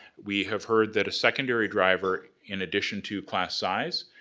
we have heard that a secondary driver, in addition to class size,